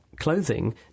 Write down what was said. clothing